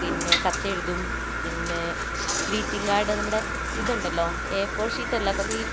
പിന്നെ കത്ത് എഴുതും പിന്നെ ഗ്രീറ്റിംഗ് കാർഡ് നമ്മുടെ ഇതുണ്ടല്ലോ എ ഫോർ ഷീറ്റല്ല കുറെ